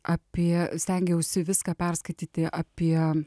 apie stengiausi viską perskaityti apie